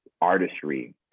artistry